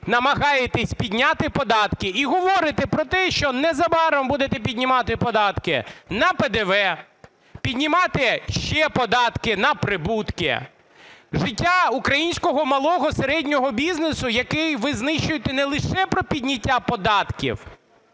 намагаєтеся підняти податки і говорите про те, що незабаром будете піднімати податки на ПДВ, піднімати ще податки на прибутки. Життя українського малого і середнього бізнесу, який ви знищуєте не лише про підняття податків,